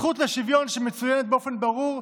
הזכות לשוויון, שמצוינת באופן ברור,